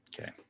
Okay